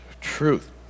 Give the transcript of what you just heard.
truth